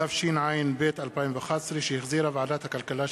התשע"ב 2011, שהחזירה ועדת הכלכלה.